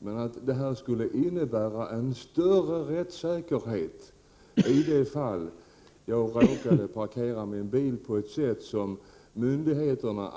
Men jag kan inte finna att förslaget skulle innebära större rättssäkerhet om jag råkar parkera min bil på ett sätt som myndigheterna